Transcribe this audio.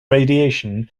radiation